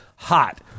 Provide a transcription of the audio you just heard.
Hot